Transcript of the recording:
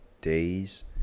days